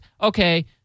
okay